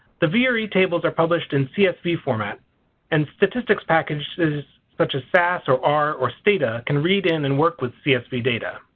the vre tables are published in csv format and statistics package such as sas or r or stata can read in and work with csv data.